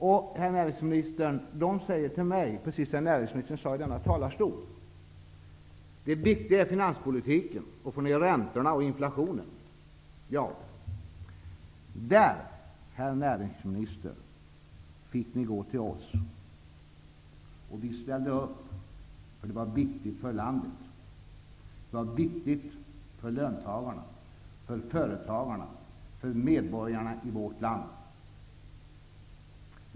Dessa företagare säger till mig, precis det näringsministern sade i denna talarstol, nämligen att det viktiga är finanspolitiken och att få ner räntorna och inflationen. Där, herr näringsminister, fick ni gå till oss. Vi ställde upp, eftersom det var viktigt för landet. Det var viktigt för löntagarna, företagarna och för medborgarna i vårt land.